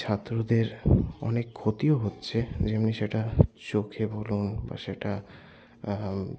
ছাত্রদের অনেক ক্ষতিও হচ্ছে যেমনি সেটা চোখে বলুন বা সেটা